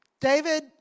David